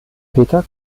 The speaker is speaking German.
peter